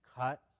cut